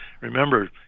Remember